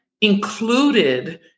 included